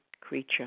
creature